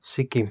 Sikkim